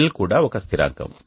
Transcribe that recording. L కూడా ఒక స్థిరాంకం